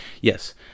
yes